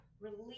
release